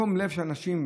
תום הלב של האנשים,